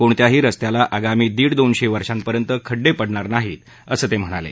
कोणत्याही रस्त्याला आगामी दीड दोनशे वर्षापर्यंत खड्डे पडणार नाहीत असं ते म्हणाले